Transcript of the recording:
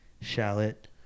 shallot